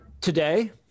Today